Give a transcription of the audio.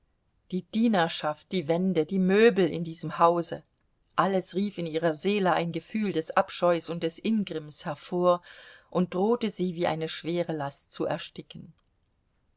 die dienerschaft die wände die möbel in diesem hause alles rief in ihrer seele ein gefühl des abscheus und des ingrimms hervor und drohte sie wie eine schwere last zu ersticken